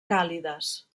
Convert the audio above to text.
càlides